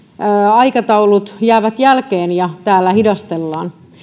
aikataulut jäävät jälkeen ja täällä hidastellaan